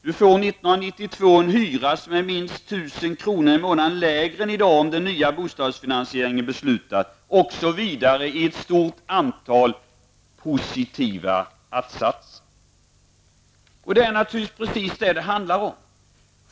Du får 1992 en hyra som är minst 1 000 kronor i månaden lägre än i dag, om den nya bostadsfinansieringen är beslutad. Så fortsätter det i ett stort antal positiva att-satser. Det är naturligtvis precis detta det handlar om.